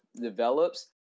develops